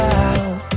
out